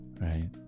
right